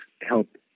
help